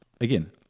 again